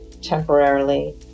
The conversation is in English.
temporarily